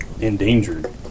endangered